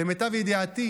למיטב ידיעתי,